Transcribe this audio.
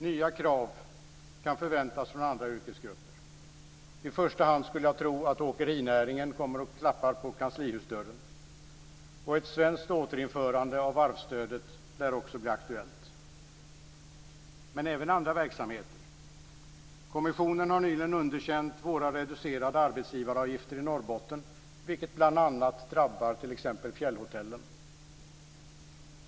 Nya krav kan förväntas från andra yrkesgrupper. I första hand skulle jag tro att åkerinäringen kommer och klappar på kanslihusdörren. Ett svenskt återinförande av varvsstödet lär också bli aktuellt. Det gäller även andra verksamheter. Kommissionen har nyligen underkänt våra reducerade arbetsgivaravgifter i Norrbotten, vilket bl.a. drabbar fjällhotellen.